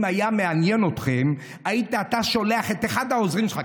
אם היה מעניין אתכם היית אתה שולח את אחד העוזרים שלך,